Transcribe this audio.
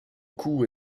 cou